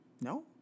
no